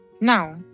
Now